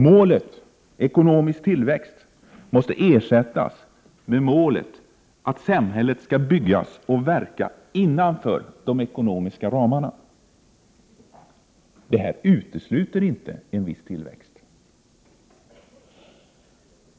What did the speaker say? Målet ”ekonomisk tillväxt” måste ersättas med målet att samhället skall byggas och verka innanför de ekologiska ramarna. Detta utesluter inte en viss tillväxt.